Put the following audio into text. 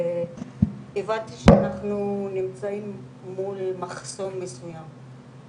הבנתי שאנחנו נמצאים מול מחסום מסוים,